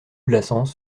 blassans